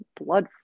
blood